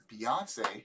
Beyonce